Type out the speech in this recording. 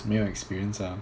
new experience ah